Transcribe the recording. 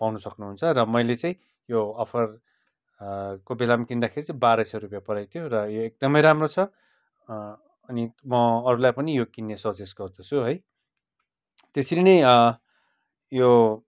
पाउनु सक्नुहुन्छ र मैले चाहिँ यो अफर को बेलामा किन्दाखेरि चाहिँ बाह्र सय रुपियाँ परेको थियो र यो एकदमै राम्रो छ अनि म अरूलाई पनि यो किन्ने सजेस्ट गर्दछु है त्यसरी नै यो